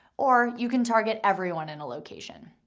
or you can target everyone in a location.